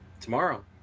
tomorrow